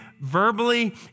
verbally